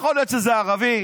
יכול להיות שזה ערבי,